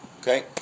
Okay